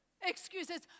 Excuses